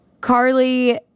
Carly